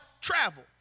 travel